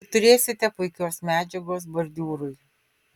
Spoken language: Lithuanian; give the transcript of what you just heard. ir turėsite puikios medžiagos bordiūrui